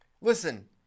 listen